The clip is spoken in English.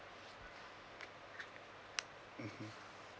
mmhmm